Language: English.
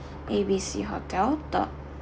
A B C hotel dot